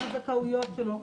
מה הזכאויות שלו.